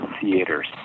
theaters